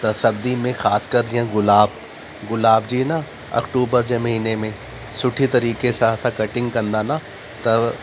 त सर्दी में ख़ासि करे जीअं गुलाब गुलाब जी न अक्टूबर जे महीने में सुठी तरीक़े सां असां कटिंग कंदा न त